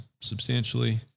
substantially